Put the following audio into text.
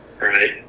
Right